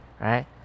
right